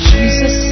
Jesus